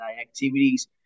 activities